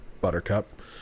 buttercup